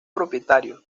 propietarios